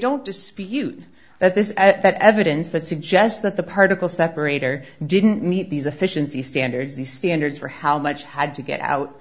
don't dispute that this is that evidence that suggests that the particle separator didn't meet these efficiency standards the standards for how much had to get out